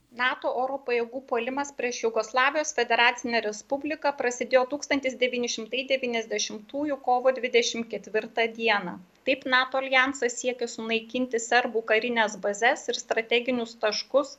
nato oro pajėgų puolimas prieš jugoslavijos federacinę respubliką prasidėjo tūkstantis devyni šimtai devyniasdešimtųjų kovo dvidešimt ketvirtą dieną taip nato aljansas siekė sunaikinti serbų karines bazes ir strateginius taškus